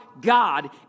God